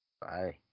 Bye